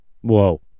whoa